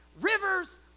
Rivers